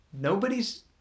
nobody's